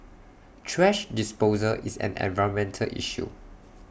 thrash disposal is an environmental issue